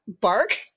bark